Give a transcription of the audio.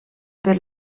per